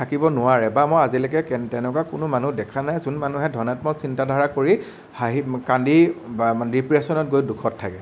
থাকিব নোৱাৰে বা মই আজিলৈকে কেন তেনেকুৱা কোনো মানুহ দেখা নাই যোন মানুহে ধনাত্মক চিন্তাধাৰা কৰি হাঁহি কান্দি বা ডিপ্ৰেচনত গৈ দুখত থাকে